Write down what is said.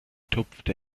tupft